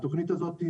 התוכנית הזאת,